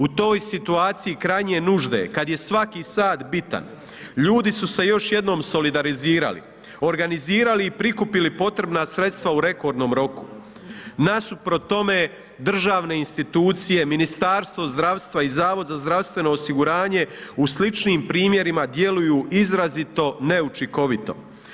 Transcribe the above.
U toj situaciji krajnje nužde, kad je svaki sat biran, ljudi su se još jednom solidarizirali, organizirali i prikupili potrebna sredstva u rekordnom roku, nasuprot tome, državne institucije, Ministarstvo zdravstva i Zavod za zdravstveno osiguranje u sličnim primjerima djeluju izrazito neučinkovito.